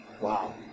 Wow